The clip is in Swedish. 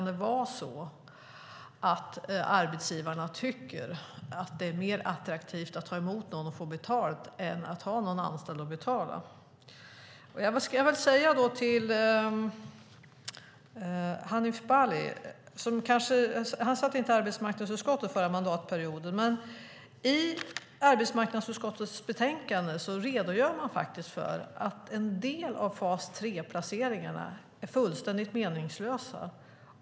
Kan det vara så att arbetsgivarna tycker att det är mer attraktivt att ta emot någon och få betalt än att ha någon anställd och betala? Hanif Bali satt inte i arbetsmarknadsutskottet den förra mandatperioden, men i arbetsmarknadsutskottets betänkande redogör man faktiskt för att en del av fas 3-placeringarna är fullständigt meningslösa.